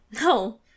No